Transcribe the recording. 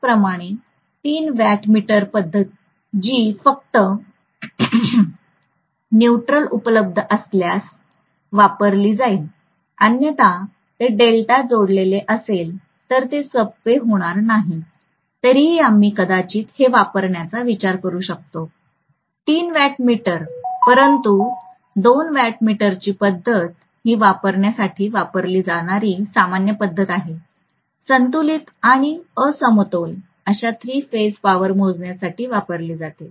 त्याचप्रमाणे तीन वॅट मीटरची पद्धत जी फक्त न्यूट्रल उपलब्ध असल्यासच वापरली जाईल अन्यथा ते डेल्टा जोडलेले असेल तर ते सोपे होणार नाही तरीही आम्ही कदाचित हे वापरण्याचा विचार करू शकतो तीन वॅट मीटर परंतु दोन वॅट मीटरची पद्धत ही वापरण्यासाठी वापरली जाणारी सामान्य पद्धत आहे संतुलित आणि असमतोल अशा थ्री फेज पॉवर मोजण्यासाठी वापरली जाते